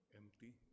empty